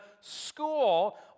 school